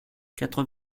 quatre